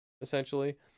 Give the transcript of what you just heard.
essentially